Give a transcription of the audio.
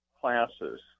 classes